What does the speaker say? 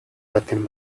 baten